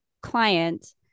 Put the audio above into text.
Client